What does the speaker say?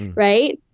right.